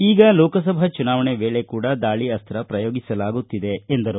ಈಗ ಲೋಕಸಭಾ ಚುನಾವಣೆ ವೇಳೆ ಕೂಡ ದಾಳಿ ಅಸ್ತ ಪ್ರಯೋಗಿಸಲಾಗುತ್ತಿದೆ ಎಂದರು